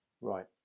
Right